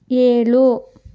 ಏಳು